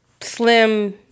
slim